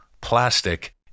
plastic